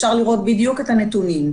אפשר לראות בדיוק את הנתונים,